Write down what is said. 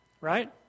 right